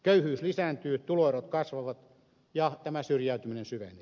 köyhyys lisääntyy tuloerot kasvavat ja tämä syrjäytyminen syvenee